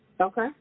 Okay